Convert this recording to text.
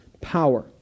power